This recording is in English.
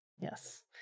Yes